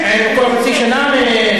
25 שנה.